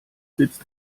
sitzt